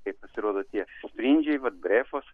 kai pasirodo tie sprindžiai vat brefos